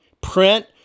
print